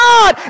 God